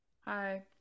Hi